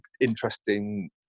interesting